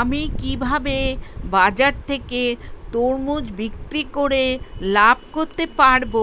আমি কিভাবে বাজার থেকে তরমুজ বিক্রি করে লাভ করতে পারব